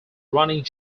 running